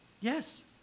Yes